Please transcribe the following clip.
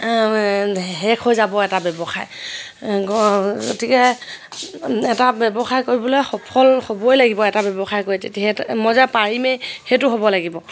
শেষ হৈ যাব এটা ব্যৱসায় গতিকে এটা ব্যৱসায় কৰিবলৈ সফল হ'বই লাগিব এটা ব্যৱসায় কৰি তেতিয়া মইযে পাৰিমেই সেইটো হ'ব লাগিব